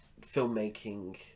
filmmaking